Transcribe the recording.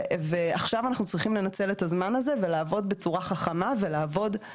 עכשיו אנחנו צריכים לנצל את הזמן הזה ולעבוד בצורה חכמה יחד.